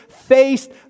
faced